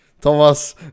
Thomas